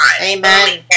Amen